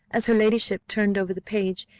as her ladyship turned over the page,